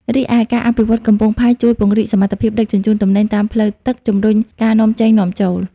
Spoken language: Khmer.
រីឯការអភិវឌ្ឍន៍កំពង់ផែជួយពង្រីកសមត្ថភាពដឹកជញ្ជូនទំនិញតាមផ្លូវទឹក ជំរុញការនាំចេញនាំចូល។